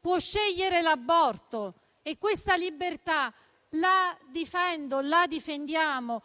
può scegliere l'aborto. Questa libertà la difendo e la difendiamo,